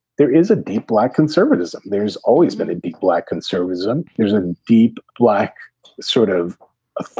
there is a deep black conservatism. there's always been a big black conservatism. there's a deep black sort of ah